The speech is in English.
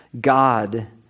God